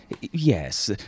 Yes